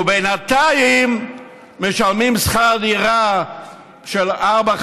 ובינתיים משלמים שכר דירה ארבע,